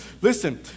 Listen